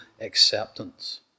acceptance